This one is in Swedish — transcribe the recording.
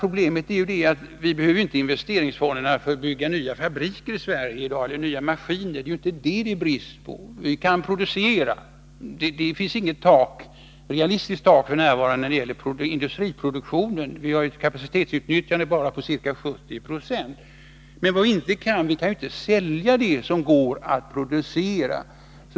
Problemet är inte att vi behöver investeringsfonderna för att i dag bygga nya fabriker eller nya maskiner i Sverige. Det är inte det som det är brist på. Vi kan producera. Det finns f.n. inget realistiskt tak när det gäller industriproduktionen. Vi har ett kapacitetsutnyttjande på bara ca 70 26. Men vi kan inte sälja det som går att producera.